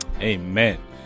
Amen